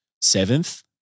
seventh